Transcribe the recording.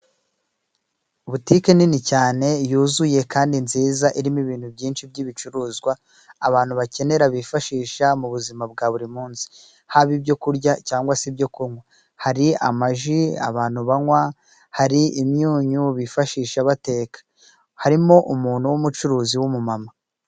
Butike nini cyane yuzuye kandi nziza, irimo ibintu byinshi by'ibicuruzwa abantu bakenera bifashisha mu buzima bwa buri munsi haba ibyo kurya cyangwa se ibyo kunywa. Hari ama ji abantu banywa hari imyunyu bifashisha bateka, harimo umuntu w'umucuruzi w'umumama.